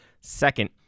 second